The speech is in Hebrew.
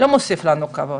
וזה לא מוסיף לנו כבוד.